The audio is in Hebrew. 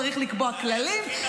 צריך לקבוע כללים -- טלי,